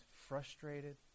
frustrated